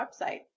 website